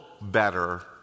better